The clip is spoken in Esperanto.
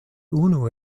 unu